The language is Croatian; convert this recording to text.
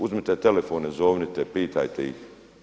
Uzmite telefone, zovnite, pitajte ih.